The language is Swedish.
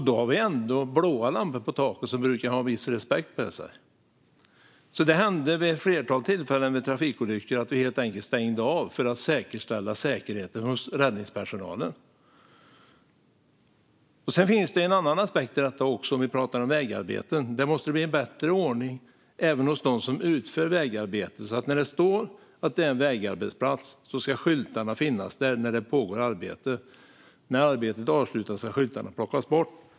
Då har vi ändå haft blå lampor på taket, som brukar ha viss respekt med sig. Det hände vid ett flertal tillfällen vid trafikolyckor att vi helt enkelt stängde av trafiken för att säkerställa säkerheten för räddningspersonalen. Det finns en annan aspekt i fråga om vägarbeten. Det måste bli bättre ordning även hos dem som utför vägarbeten. När det pågår ett vägarbete ska skyltar finnas där. När arbetet har avslutats ska skyltarna plockas bort.